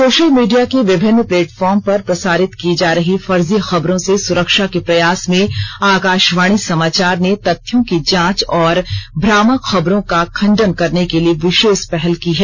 social media के विभिन्न platform पर प्रसारित की जा रही फर्जी खबरों से सुरक्षा के प्रयास में आकाशवाणी समाचार ने तथ्यों की जांच और भ्रामक खबरों का खंडन करने के लिए विशेष पहल की है